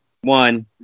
one